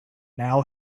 now